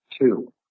Two